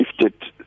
shifted